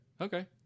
okay